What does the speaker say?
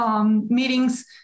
meetings